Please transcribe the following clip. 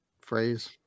phrase